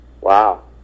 wow